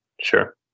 sure